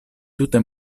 tute